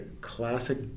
classic